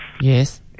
Yes